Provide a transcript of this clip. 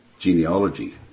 Genealogy